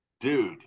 dude